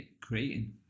creating